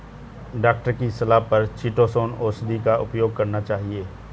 doctor की सलाह पर चीटोसोंन औषधि का उपयोग करना चाहिए